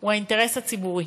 הוא האינטרס הציבורי.